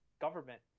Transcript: government